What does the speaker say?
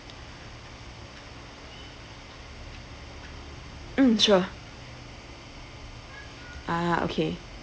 mm sure ah okay